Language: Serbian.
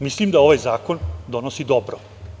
Mislim da ovaj zakon donosi dobro.